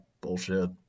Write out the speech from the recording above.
bullshit